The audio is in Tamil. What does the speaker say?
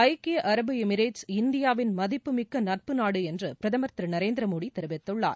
ஐக்கிய அரபு எமிரேட்ஸ் இந்தியாவின் மதிப்பு மிக்க நட்பு நாடு என்று பிரதமர் திரு நரேந்திர மோடி தெரிவித்துள்ளார்